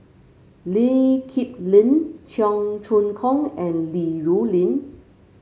Lee Kip Lin Cheong Choong Kong and Li Rulin